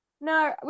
no